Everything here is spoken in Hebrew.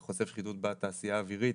חושף שחיתות בתעשייה האווירית,